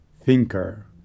thinker